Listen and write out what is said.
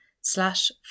slash